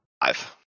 Five